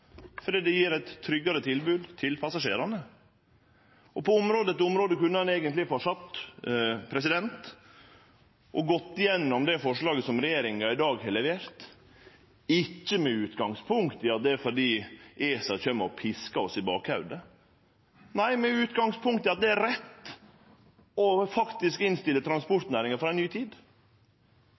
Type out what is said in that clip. fordi det gjev eit tryggare tilbod til passasjerane. På område etter område kunne eg eigentleg halde fram og gått igjennom det forslaget som regjeringa i dag har levert – ikkje med utgangspunkt i at det er fordi ESA kjem og piskar oss bak, nei, med utgangspunkt i at det er rett å omstille transportnæringa for ei ny tid.